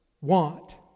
want